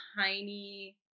tiny